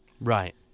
Right